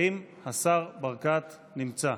האם השר ברקת נמצא?